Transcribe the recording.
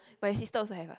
my sister also have ah